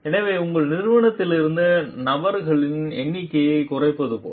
எனவே உங்கள் நிறுவனத்திலிருந்து நபர்களின் எண்ணிக்கையைக் குறைப்பது போல